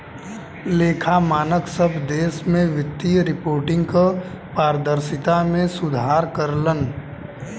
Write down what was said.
लेखा मानक सब देश में वित्तीय रिपोर्टिंग क पारदर्शिता में सुधार करलन